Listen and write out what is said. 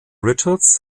richards